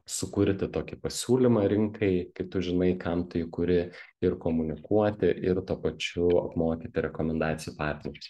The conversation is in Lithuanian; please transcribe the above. sukurti tokį pasiūlymą rinkai kai tu žinai kam tu jį kuri ir komunikuoti ir tuo pačiu apmokyti rekomendacijų partnerius